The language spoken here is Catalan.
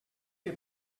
que